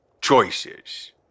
choices